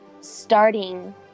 starting